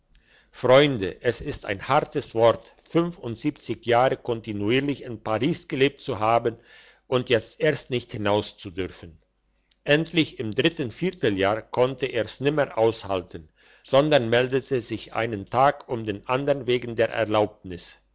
freunde es ist ein hartes wort fünfundsiebenzig jahre kontinuierlich in paris gelebt zu haben und jetzt erst nicht hinauszudürfen endlich im dritten vierteljahr konnte er's nimmer aushalten sondern meldete sich einen tag um den andern wegen der erlaubnis